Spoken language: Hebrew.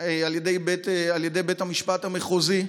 על ידי בית המשפט המחוזי.